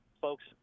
folks